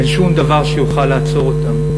אין שום דבר שיוכל לעצור אותם.